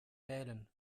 wählen